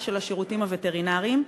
של השירותים הווטרינריים,